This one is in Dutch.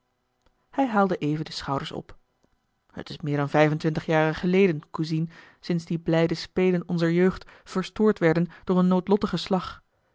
hij haalde even de schouders op het is meer dan vijf-en-twintig jaren geleden cousine sinds die blijde spelen onzer jeugd verstoord werden door een noodlottigen slag